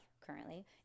currently